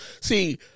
see